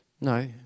No